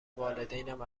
والدینم